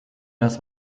das